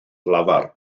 lafar